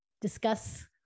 discuss